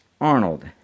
Arnold